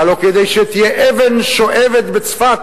הלוא כדי שתהיה אבן שואבת בצפת